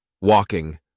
Walking